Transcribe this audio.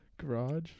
Garage